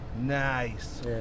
Nice